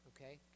okay